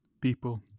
people